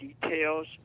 details